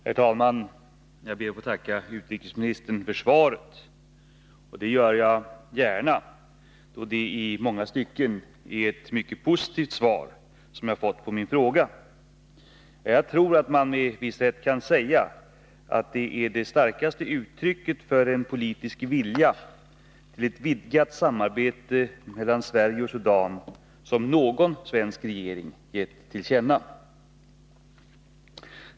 Herr talman! Jag ber att få tacka utrikesministern för svaret. Det gör jag gärna, då det är ett i många stycken mycket positivt svar som jag har fått på min interpellation. Ja, jag tror att man med rätta kan säga att det är det starkaste uttrycket för en politisk vilja till ett vidgat samarbete mellan Sverige och Sudan som någon svensk regering har givit till känna.